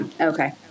Okay